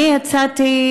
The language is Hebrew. אני יצאתי,